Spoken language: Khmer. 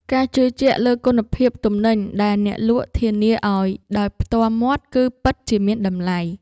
ការជឿជាក់លើគុណភាពទំនិញដែលអ្នកលក់ធានាឱ្យដោយផ្ទាល់មាត់គឺពិតជាមានតម្លៃ។